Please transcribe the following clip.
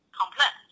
complex